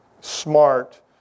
smart